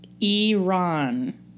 Iran